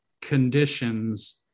conditions